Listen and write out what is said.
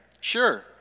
Sure